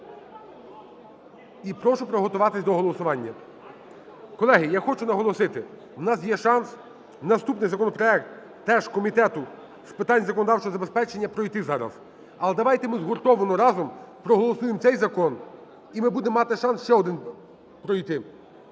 і прошу приготуватись до голосування. Колеги, я хочу наголосити. У нас є шанс наступний законопроект, теж Комітету з питань законодавчого забезпечення, пройти зараз. Але давайте ми згуртовано разом проголосуємо цей закон і ми будемо шанс ще один пройти.